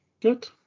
Good